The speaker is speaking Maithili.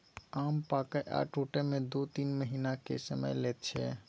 आम पाकय आ टुटय मे दु तीन महीनाक समय लैत छै